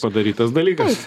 padarytas dalykas